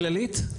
בכללית?